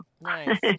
Nice